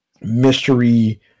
mystery